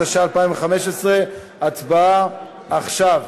התשע"ה 2015. הצבעה עכשיו.